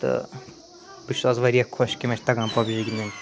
تہٕ بہٕ چھُس اَز واریاہ خۄش کہِ مےٚ چھِ تگان پَب جی گِنٛدٕنۍ